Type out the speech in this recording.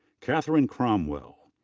katherine cromwell.